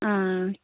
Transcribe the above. اَچھا